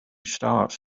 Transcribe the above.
starts